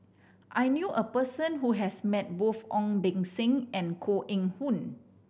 I knew a person who has met both Ong Beng Seng and Koh Eng Hoon